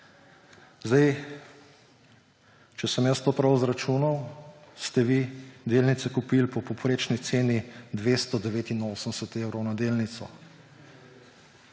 Če sem jaz to prav izračunal, ste vi delnice kupili po povprečni ceni 289 evrov na delnico.